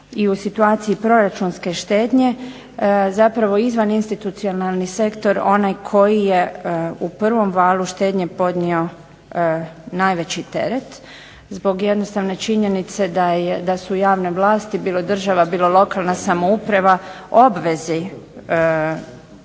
I u situaciji proračunske štednje zapravo izvan institucionalni sektor onaj koji je u prvom valu štednje podnio najveći teret zbog jednostavne činjenice da su javne vlasti bilo država, bilo lokalna samouprava u obvezi